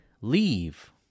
leave